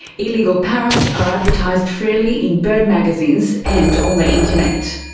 illegal parrots are advertised freely in bird magazines and on the internet.